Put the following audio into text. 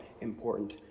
important